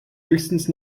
höchstens